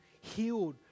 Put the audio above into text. healed